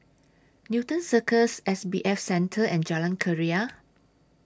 Newton Cirus S B F Center and Jalan Keria